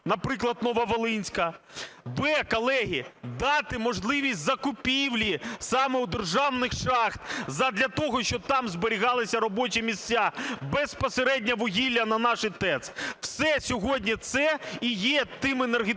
наприклад, Нововолинська; в) колеги, дати можливість закупівлі саме у державних шахт задля того, щоб там зберігалися робочі місця, безпосередньо вугілля на наші ТЕС. Все сьогодні це і є тією енергетичною